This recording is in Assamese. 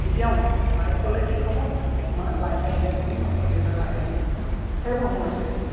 কেতিয়াও নপঢ়ে লাইট গ'লে কি ক'ব মা লাইট আহিলে পঢ়িম বা দেউতা লাইট আহিলে পঢ়িম এইবোৰ সমস্যা এতিয়া